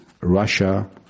Russia